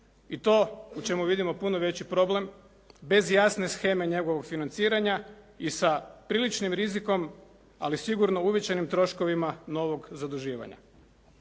i to, u čemu vidimo puno veći problem bez jasne sheme njegovog financiranja i sa priličnim rizikom, ali sigurno uvećanim troškovima novog zaduživanja.